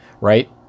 right